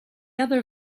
other